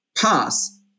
Pass